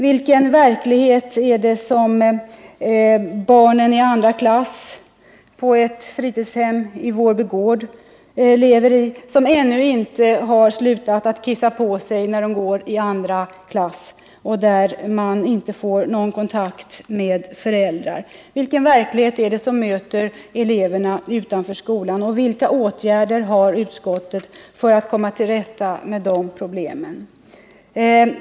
Vilken verklighet är det som barnen i andra klass på ett fritidshem i Vårby gård lever i, som ännu inte har slutat att kissa på sig och där man inte får någon kontakt med föräldrar? Vilken verklighet är det som möter eleverna utanför skolan och vilka åtgärder har utskottet att föreslå för att komma till rätta med de problemen?